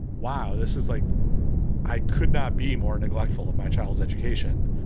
wow, this is like i could not be more neglectful of my child's education.